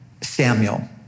Samuel